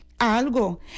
Algo